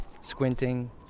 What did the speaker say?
squinting